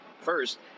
first